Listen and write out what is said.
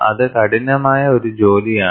അത് കഠിനമായ ഒരു ജോലിയാണ്